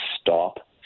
stop